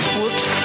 Whoops